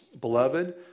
Beloved